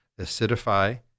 acidify